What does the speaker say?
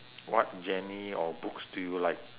what genre or books do you like